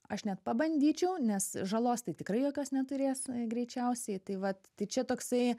aš net pabandyčiau nes žalos tai tikrai jokios neturės greičiausiai tai vat tai čia toksai